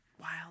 wild